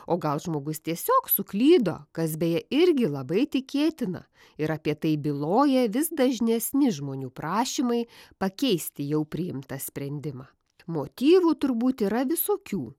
o gal žmogus tiesiog suklydo kas beje irgi labai tikėtina ir apie tai byloja vis dažnesni žmonių prašymai pakeisti jau priimtą sprendimą motyvų turbūt yra visokių